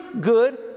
good